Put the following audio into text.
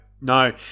no